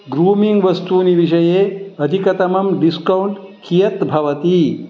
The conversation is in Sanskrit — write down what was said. ग्रूमिङ्ग् वस्तूनि विषये अधिकतमं डिस्कौण्ट् कियत् भवति